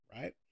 right